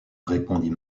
répondit